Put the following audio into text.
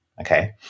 okay